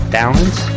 balance